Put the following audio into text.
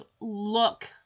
look